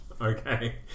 Okay